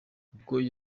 google